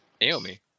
Naomi